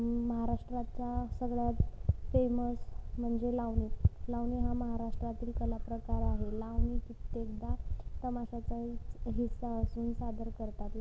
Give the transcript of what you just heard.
महाराष्ट्राचा सगळ्यात फेमस म्हणजे लावणी लावणी हा महाराष्ट्रातील कला प्रकार आहे लावणी कित्येकदा तमाशाचाही हिस्सा असून सादर करतात